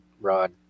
rod